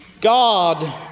God